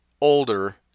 older